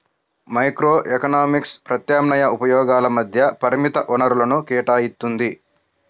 microeconomics ప్రత్యామ్నాయ ఉపయోగాల మధ్య పరిమిత వనరులను కేటాయిత్తుంది